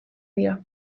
dira